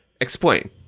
Explain